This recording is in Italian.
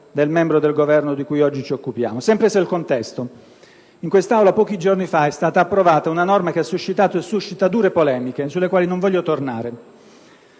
del membro del Governo di cui oggi ci occupiamo? Sempre in merito al contesto, in quest'Aula, pochi giorni fa, è stata approvata una norma che ha suscitato e suscita dure polemiche, sulle quali non voglio tornare.